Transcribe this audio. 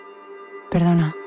Perdona